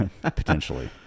potentially